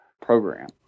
program